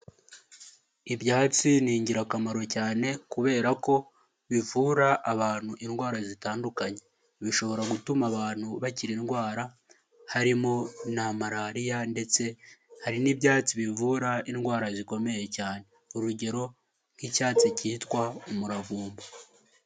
Ibyatsi ni ingirakamaro cyane, kubera ko bivura abantu indwara zitandukanye, bishobora gutuma abantu bakira indwara, harimo na malariya ndetse hari n'ibyatsi bivura indwara zikomeye cyane, urugero nk'icyatsi kitwa, umuravumba.